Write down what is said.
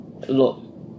Look